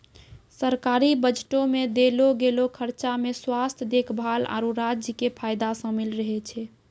सरकारी बजटो मे देलो गेलो खर्चा मे स्वास्थ्य देखभाल, आरु राज्यो के फायदा शामिल रहै छै